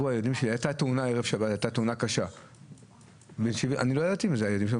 הייתה תאונה קשה בערב שבת, ולא ידעתי על זה.